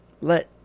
let